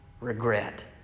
regret